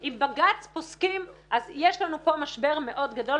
אם בג"ץ פוסק, אז יש לנו פה משבר מאוד גדול.